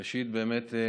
ראשית, באמת אני